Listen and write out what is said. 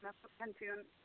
مےٚ کوتنَتھ چھُ یُن